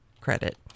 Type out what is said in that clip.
credit